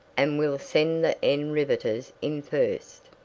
and we'll send the end riveters in first.